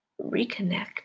reconnect